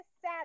sad